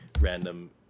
random